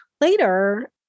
later